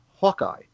Hawkeye